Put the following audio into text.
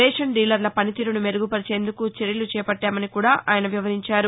ration డీలర్ల పని తీరును మెరుగుపరచేందుకు చర్యలు చేపట్టామని కూడా ఆయన వివరించారు